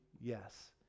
yes